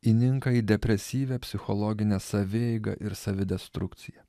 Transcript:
įninka į depresyvią psichologinę savieigą ir savidestrukciją